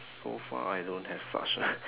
so far I don't have such